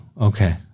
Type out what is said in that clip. okay